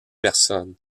personne